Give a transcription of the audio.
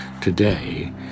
today